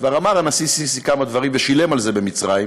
כבר אמר הנשיא א-סיסי כמה דברים ושילם על זה במצרים,